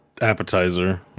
appetizer